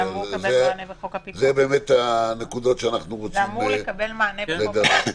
אלה בדיוק הנקודות --- זה אמור לקבל מענה בחוק הפיקוח.